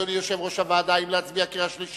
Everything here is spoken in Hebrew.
אדוני יושב-ראש הוועדה, האם להצביע בקריאה שלישית?